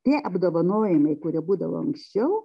tie apdovanojimai kurie būdavo anksčiau